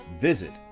Visit